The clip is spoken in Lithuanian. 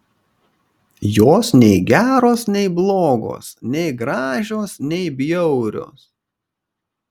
jos nei geros nei blogos nei gražios nei bjaurios